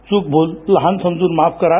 चूक भूल लहान समजून माफ करा